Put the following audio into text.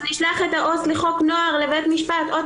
נשלח את העו"ס לחוק נוער לבית משפט עוד